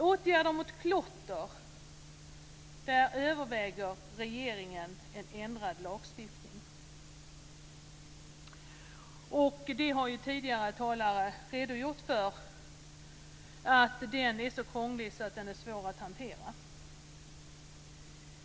· Åtgärder mot klotter: regeringen överväger en ändrad lagstiftning. Tidigare talare har redogjort för att den är så krånglig att den är svår att hantera.